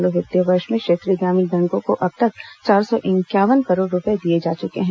चालू वित्तीय वर्ष में क्षेत्रीय ग्रामीण बैंकों को अब तक चार सौ इंक्यावन करोड़ रूपए दिए जा चुके हैं